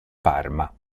parma